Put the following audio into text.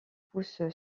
pousse